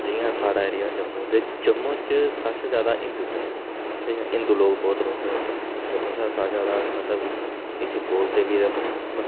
जि'यां साढ़ा एरिया जम्मू ते जम्मू च सारे शा जादा हिंदूइज़्म ऐ ते हिंदू लोग बहोत रौह्ंदे इत्त जम्मू शा सारे शा जादा मतलब इसी बोलदे बी ऐ मतलब